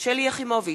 שלי יחימוביץ,